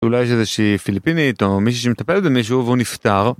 אולי יש איזושהי פיליפינית או מישהי שמטפלת במשהו והוא נפטר.